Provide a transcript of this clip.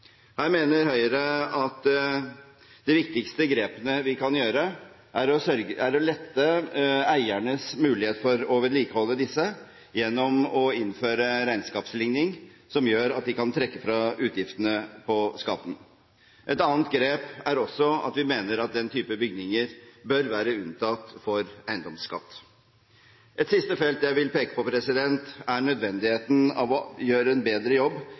Her mener Høyre at de viktigste grepene vi kan gjøre, er å lette eiernes muligheter for å vedlikeholde disse gjennom å innføre regnskapslikning som gjør at de kan trekke fra utgiftene på skatten. Et annet grep er også at vi mener at den type bygninger bør være unntatt for eiendomsskatt. Et siste felt jeg vil peke på, er nødvendigheten av å gjøre en bedre jobb